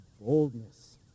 boldness